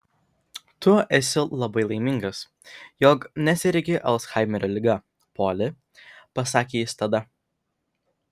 tu esi labai laimingas jog nesergi alzhaimerio liga poli pasakė jis tada